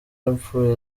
yapfuye